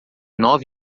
nove